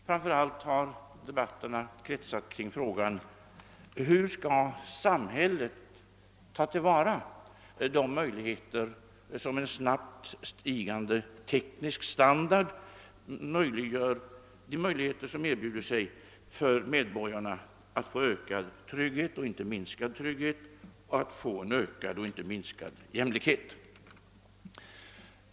Framför allt har debatterna kretsat kring frågan hur samhället skall kunna ta till vara de möjligheter som en snabbt stigande teknisk standard erbjuder medborgarna att få ökad trygghet i stället för minskad trygghet och att få ökad jämlikhet och inte minskad jämlikhet.